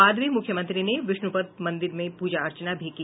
बाद में मुख्यमंत्री ने बिष्णुपद मंदिर में पूजा अर्चना भी की